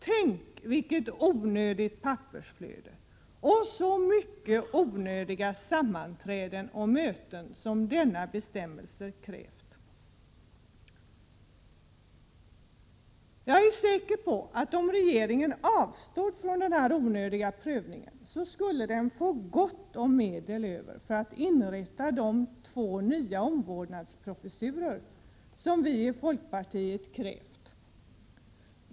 Tänk, vilket onödigt pappersflöde och så många onödiga sammanträden och möten som denna bestämmelse har krävt! Om regeringen avstod från denna prövning, är jag säker på att regeringen skulle få gott om medel över för att inrätta de två nya omvårdnadsprofessurer som vi i folkpartiet har krävt.